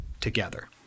together